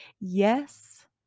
yes